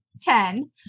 ten